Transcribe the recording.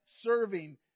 serving